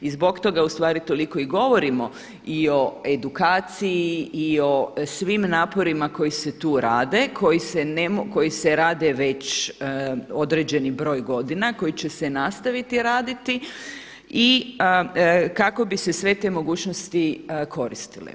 I zbog toga ustvari toliko i govorimo i o edukaciju i o svim naporima koji se tu rade, koji se rade već određeni broj godina, koji će se nastaviti raditi i kako bi se sve te mogućnosti koristile.